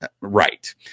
right